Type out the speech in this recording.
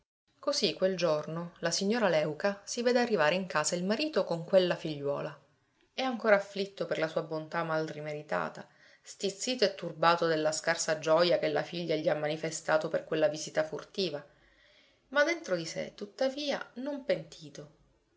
così quel giorno la signora léuca si vede arrivare in casa il marito con quella figliuola è ancora afflitto per la sua bontà mal rimeritata stizzito e turbato della scarsa gioja che la figlia gli ha manifestato per quella visita furtiva ma dentro di sé tuttavia non pentito